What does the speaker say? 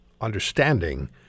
understanding